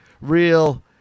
real